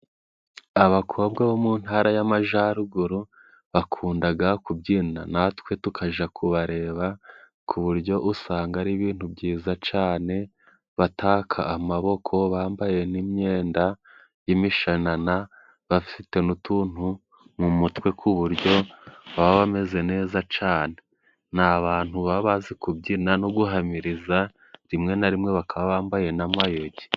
Abakobwa bo mu Ntara y'Amajaruguru bakundaga kubyina, natwe tukaja kubareba, ku buryo usanga ari ibintu byiza cane. Bataka amaboko bambaye n'imyenda y'imishanana, bafite n'utuntu mu mutwe ku buryo baba bameze neza cane. Ni abantu baba bazi kubyina no guhamiriza, rimwe na rimwe bakaba bambaye n'amayugi.